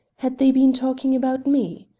had they been talking about me?